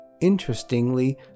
Interestingly